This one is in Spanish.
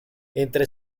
entre